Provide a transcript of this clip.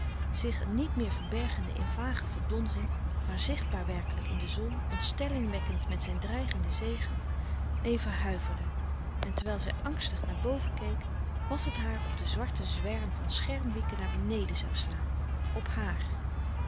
zich niet meer verbergende in vage verdonzing maar zichtbaar werkelijk in de zon ontstelling wekkend met zijn dreigende zege eva huiverde en terwijl zij angstig naar boven keek was het haar of de zwarte zwerm van schermwieken naar beneden zoû slaan op haar